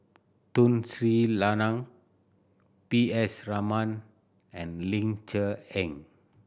Tun Sri Lanang P S Raman and Ling Cher Eng